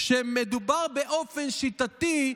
כשמדובר באופן שיטתי,